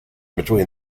between